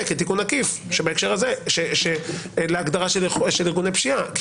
כתיקון עקיף להגדרה של ארגוני פשיעה.